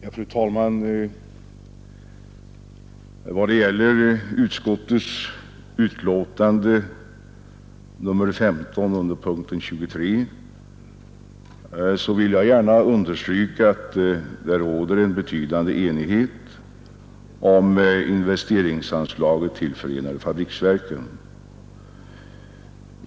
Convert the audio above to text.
Fru talman! Vad gäller utskottets betänkande nr 15, punkten 23, vill jag gärna understryka att det råder en betydande enighet om investeringsanslaget till förenade fabriksverken.